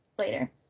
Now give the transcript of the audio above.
later